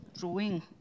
drawing